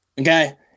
Okay